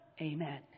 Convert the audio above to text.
Amen